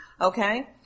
Okay